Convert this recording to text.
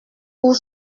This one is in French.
pour